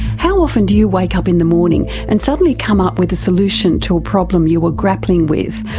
how often do you wake up in the morning and suddenly come up with a solution to a problem you were grappling with,